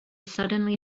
suddenly